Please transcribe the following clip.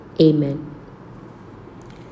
Amen